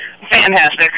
Fantastic